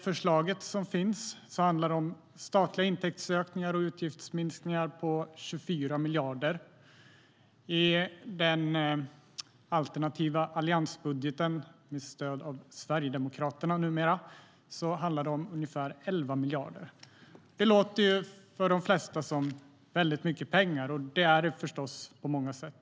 Förslaget handlar om statliga intäktsökningar och utgiftsminskningar på 24 miljarder. I den alternativa alliansbudgeten, numera stödd av Sverigedemokraterna, handlar det om ungefär 11 miljarder. Det låter för de flesta som väldigt mycket pengar, och det är det förstås på många sätt.